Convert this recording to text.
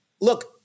Look